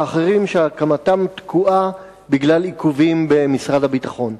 ואחרים הקמתם תקועה בגלל עיכובים במשרד הביטחון.